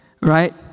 right